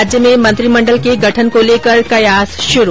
राज्य में मंत्रिमण्डल के गठन को लेकर कयास शुरू